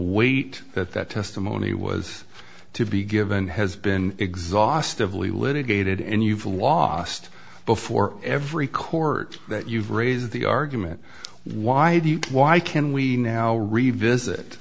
weight that that testimony was to be given has been exhaustive lee litigated and you've lost before every court that you've raised the argument why have you why can we now revisit